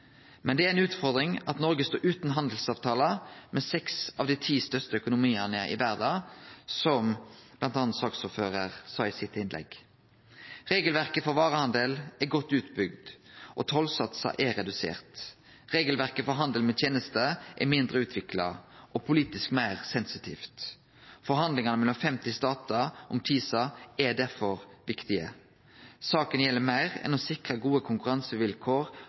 men det er ei utfordring at Noreg står utan handelsavtalar med seks av dei ti største økonomiane i verda, som bl.a. saksordføraren sa i sitt innlegg. Regelverket for varehandel er godt utbygd, og tollsatsar er reduserte. Regelverket for handel med tenester er mindre utvikla og politisk meir sensitivt. Forhandlingane mellom 50 statar om TISA er derfor viktige. Saka gjeld meir enn å sikre gode konkurransevilkår